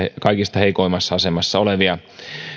kaikista heikoimmassa asemassa olevia